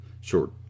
short